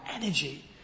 energy